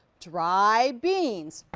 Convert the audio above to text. dry beans.